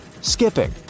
skipping